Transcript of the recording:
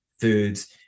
foods